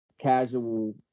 casual